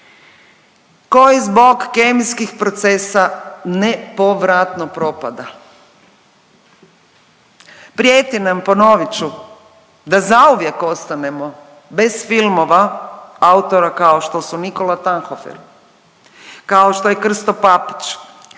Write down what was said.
koji zbog kemijskih procesa nepovratno propada. Prijeti na, ponovit ću, da zauvijek ostanemo bez filmova autora kao što su Nikola Tankofer, kao što je Krsto Papić,